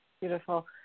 Beautiful